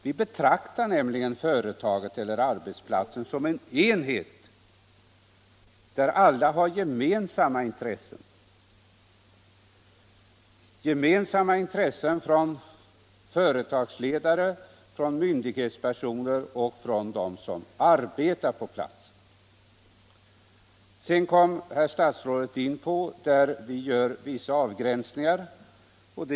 Vi betraktar nämligen företaget eller arbetsplatsen som en enhet, där alla har gemensamma intressen — företagsledare, myndighetspersoner och de som arbetar på platsen. Sedan berörde herr statsrådet vissa avgränsningar som vi gör.